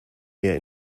mehr